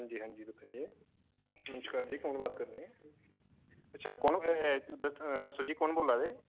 हांजी हांजी बताइये नमस्कार जी कौन बात कर रहे हैं अच्छा कौन एह् दस्सो जी कौन बोल्लै दे